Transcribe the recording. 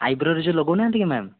ଆଇବ୍ରୋରେ ଯେଉଁ ଲଗାଉନାହାନ୍ତି କି ମ୍ୟାମ୍